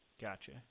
gotcha